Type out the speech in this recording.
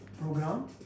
Program